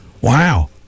Wow